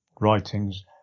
writings